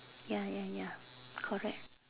ya ya ya correct